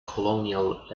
colonial